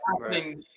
right